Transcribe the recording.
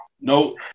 No